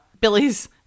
Billy's